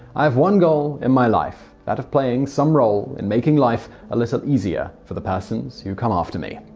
i have had one goal in my life, that of playing some role in making life a little easier for the persons who come after me.